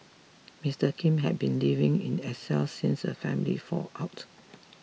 Mister Kim had been living in exile since a family fallout